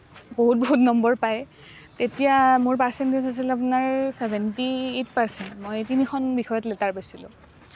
বহুত বহুত নম্বৰ পায় তেতিয়া মোৰ পাৰ্চেণ্টেজ আছিল আপোনাৰ ছেভেণ্টি এইট পাৰ্চেণ্ট মই তিনিখন বিষয়ত লেটাৰ পাইছিলোঁ